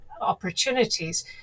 opportunities